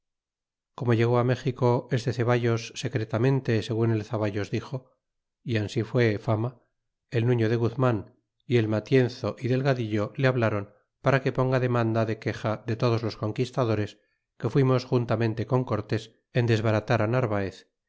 como llegó méxico este zavallos secretamente segun el zavallos dixo y ansí fue fama el nurio de guzinan y el matienzo y delgadillo le habláron para que ponga demanda dé quexa ne todos los conquistadores que fuimos jun lamente florin robé y mas lo que escondió y le pusiéiv con cortés en desbaratar á narváez